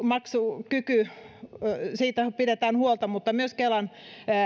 maksukyvystä pidetään huolta mutta myös kelan